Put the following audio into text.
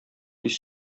тиз